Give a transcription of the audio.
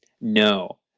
No